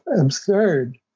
absurd